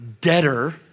debtor